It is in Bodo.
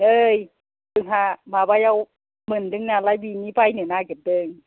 नै जोंहा माबायाव मोन्दों नालाय बिनि बायनो नागिरदों